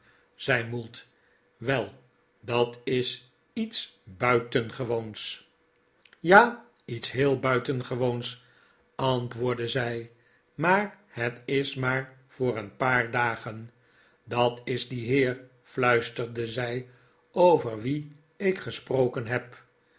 zei mould wel dat is lets buitengewoons ja iets heel buitengewoons antwoordde zij maar het is maar voor een paar dagen dat is die heer fluisterde zij over wien ik gesproken heb